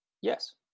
yes